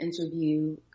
interview